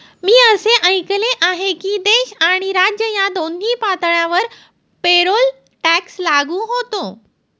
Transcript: मी असे ऐकले आहे की देश आणि राज्य या दोन्ही पातळ्यांवर पेरोल टॅक्स लागू होतो